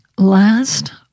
Last